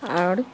आर